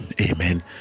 amen